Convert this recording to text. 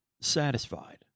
satisfied